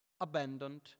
abandoned